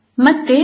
ಮತ್ತೆ −∞ ನಿಂದ ∞